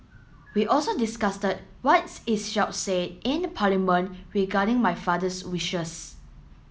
we also what say in Parliament regarding my father's wishes